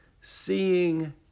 seeing